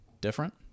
different